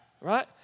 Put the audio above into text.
right